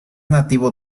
nativo